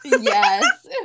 Yes